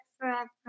forever